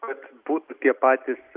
kad būtų tie patys